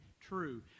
true